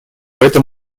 этом